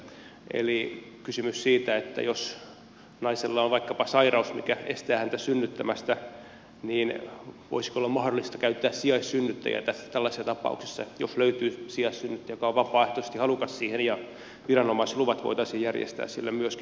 eli kysymys on siitä että jos naisella on vaikkapa sairaus mikä estää häntä synnyttämästä niin voisiko olla mahdollista käyttää sijaissynnyttäjää tällaisissa ta pauksissa jos löytyy sijaissynnyttäjä joka on vapaaehtoisesti halukas siihen ja viranomaisluvat voitaisiin järjestää sille myöskin